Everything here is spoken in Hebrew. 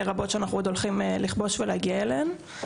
רבות שאנחנו הולכים לכבוש ולהגיע אליהן.